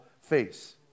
face